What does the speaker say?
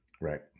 right